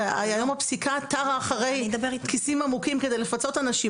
הרי אני מניחה שהיום הפסיקה תרה אחרי כיסים עמוקים כדי לפצות אנשים,